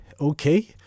Okay